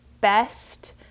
best